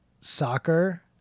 soccer